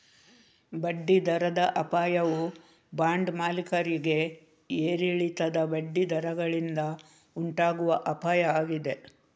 ಬಡ್ಡಿ ದರದ ಅಪಾಯವು ಬಾಂಡ್ ಮಾಲೀಕರಿಗೆ ಏರಿಳಿತದ ಬಡ್ಡಿ ದರಗಳಿಂದ ಉಂಟಾಗುವ ಅಪಾಯ ಆಗಿದೆ